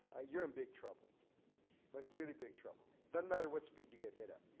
you're in big trouble like really big trouble doesn't matter what speed you get hit at.